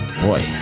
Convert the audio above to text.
Boy